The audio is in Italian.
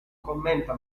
commenta